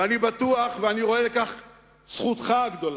ואני בטוח ואני רואה בכך את זכותך הגדולה,